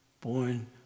born